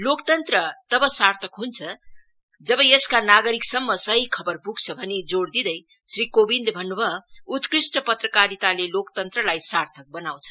लोकतन्त्र तब सार्थक हुन्छ तब यसका नागरिकसम्म सही खबर पुग्छ भनी जोड़ दिँदै श्री कोविन्दले भन्नुभयो उत्कृष्ठ पत्रकारिताले लोकतन्त्रलाई सार्थक बनाउँछ